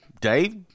Dave